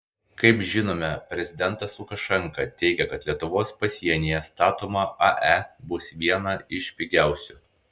kaip žinome prezidentas lukašenka teigia kad lietuvos pasienyje statoma ae bus viena iš pigiausių